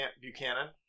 Buchanan